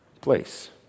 place